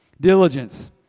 Diligence